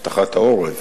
אבטחת העורף.